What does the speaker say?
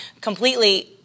completely